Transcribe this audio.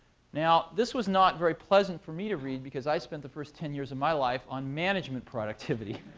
now, this was not very pleasant for me to read, because i spent the first ten years of my life on management productivity,